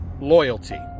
loyalty